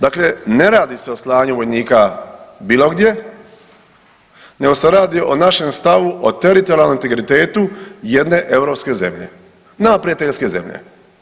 Dakle, ne radi se o slanju vojnika bilo gdje, nego se radi o našem stavu o teritorijalnom integritetu jedne europske zemlje, nama prijateljske zemlje.